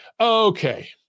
Okay